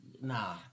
nah